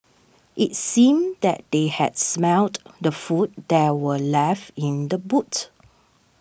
it seemed that they had smelt the food that were left in the boot